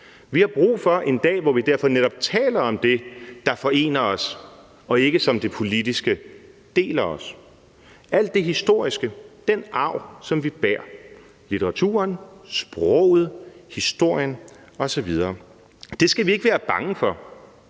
derfor brug for en dag, hvor vi netop taler om det, der forener os, og som ikke som det politiske deler os. Alt det historiske, den arv, som vi bærer, litteraturen, sproget, historien osv., skal vi ikke være bange for.